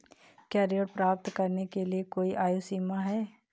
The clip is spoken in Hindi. क्या ऋण प्राप्त करने के लिए कोई आयु सीमा है?